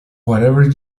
whatever